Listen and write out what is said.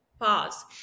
pause